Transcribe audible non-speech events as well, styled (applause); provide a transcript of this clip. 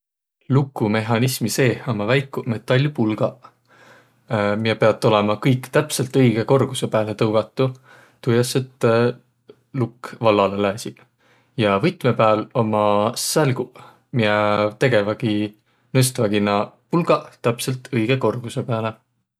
Luku mehhanismi seeh ummaq väikuq pulgaq, (hesitation) miä piät kõik olõma täpselt õigõ korgusõ pääle tõugatuq, tuu jaos, et lukk vallalõ lääsiq. Ja võtmõ pääl ummaq sälguq, miä tegevägiq, nõstvagiq naaq pulgaq täpselt õigõ korgusõ pääle.